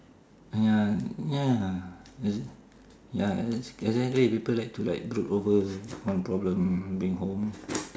!aiya! ya then ya then people like to like brood over on problem bring home